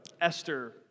Esther